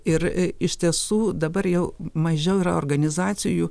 ir iš tiesų dabar jau mažiau yra organizacijų